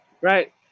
Right